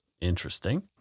Interesting